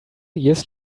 years